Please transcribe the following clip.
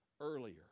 earlier